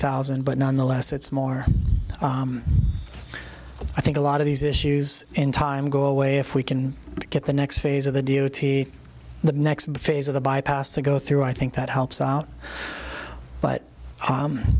thousand but nonetheless it's more i think a lot of these issues in time go away if we can get the next phase of the d o t the next phase of the bypass to go through i think that helps out but